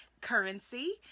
Currency